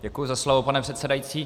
Děkuji za slovo, pane předsedající.